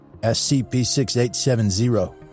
SCP-6870